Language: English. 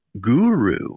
guru